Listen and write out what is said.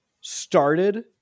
started